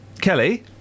Kelly